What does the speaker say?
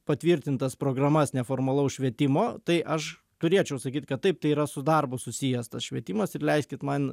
patvirtintas programas neformalaus švietimo tai aš turėčiau sakyt kad taip tai yra su darbu susijęs tas švietimas ir leiskit man